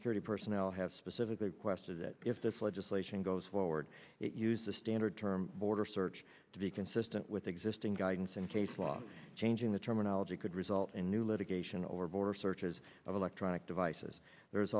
security personnel have specifically requested that if this legislation goes forward it used the standard term border search to be consistent with existing guidance and case law changing the terminology could result in new litigation or border searches of electronic devices there